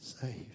saved